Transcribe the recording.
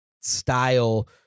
style